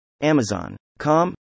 Amazon.com